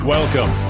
Welcome